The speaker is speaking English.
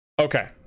Okay